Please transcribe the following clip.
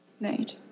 Right